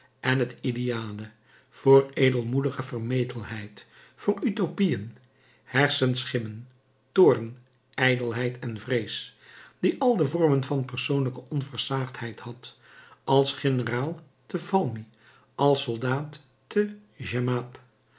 en het ideale voor edelmoedige vermetelheid voor utopieën hersenschimmen toorn ijdelheid en vrees die al de vormen van persoonlijke onversaagdheid had als generaal te valmy als soldaat te